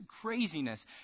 craziness